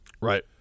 Right